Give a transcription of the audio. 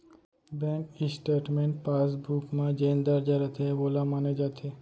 bank statement passbook म जेन दर्ज रथे वोला माने जाथे